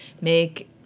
make